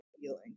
feeling